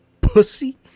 pussy